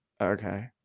okay